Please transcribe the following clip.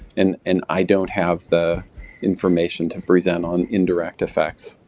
and and i don't have the information to present on indirect effects.